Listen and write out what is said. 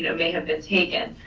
you know they have been taken.